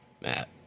Matt